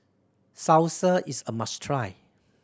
salsa is a must try